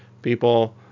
people